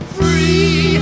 free